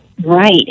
Right